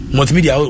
Multimedia